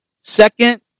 second